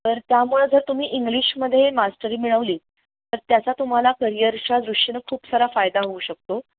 तर त्यामुळे जर तुम्ही इंग्लिशमध्ये मास्टरी मिळवली तर त्याचा तुम्हाला करियरच्या दृष्टीने खूप सारा फायदा होऊ शकतो